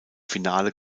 finale